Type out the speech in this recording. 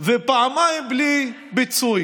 אבל יש אג'נדה.